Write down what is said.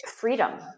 freedom